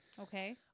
Okay